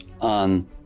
on